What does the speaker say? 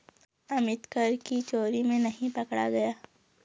अमित कर की चोरी में नहीं पकड़ा गया